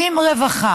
אם רווחה